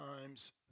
times